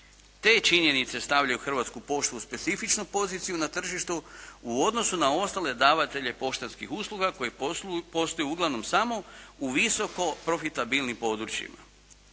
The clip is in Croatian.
Te činjenice stavljaju Hrvatsku poštu u specifičnu poziciju na tržištu u odnosu na ostale davatelje poštanskih usluga koje posluju uglavnom samo u visoko profitabilnim područjima.